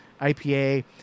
IPA